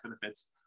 benefits